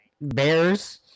Bears